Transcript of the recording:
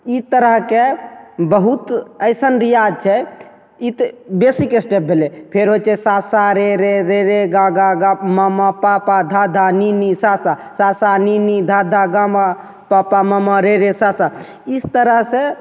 ई तरहके बहुत अइसन रियाज छै ई तऽ बेसिक स्टेप भेलय फेर होइ छै सा सा रे रे रे रे गा गा गा मा मा पा पा धा धा नी नी सा सा सा सा नी नी धा धा गा मा पा पा मा मा रे रे सा सा इस तरहसँ